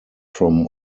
from